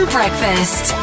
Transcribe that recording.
Breakfast